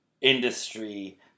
industry